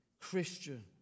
Christian